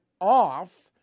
off